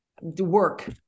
work